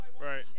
right